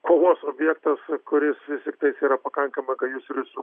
kovos objektas kuris vis tiktais yra pakankamai gajus ir su